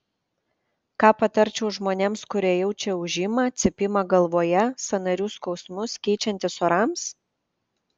ką patarčiau žmonėms kurie jaučia ūžimą cypimą galvoje sąnarių skausmus keičiantis orams